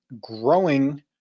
growing